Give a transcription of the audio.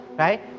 right